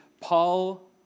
Paul